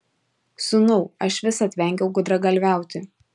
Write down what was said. sūnau aš visad vengiau gudragalviauti